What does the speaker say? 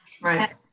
Right